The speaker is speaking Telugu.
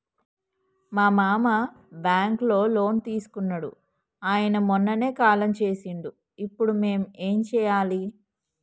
మా మామ బ్యాంక్ లో లోన్ తీసుకున్నడు అయిన మొన్ననే కాలం చేసిండు ఇప్పుడు మేం ఏం చేయాలి?